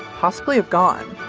possibly have gone?